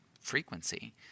frequency